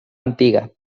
antiga